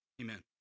amen